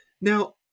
Now